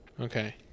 Okay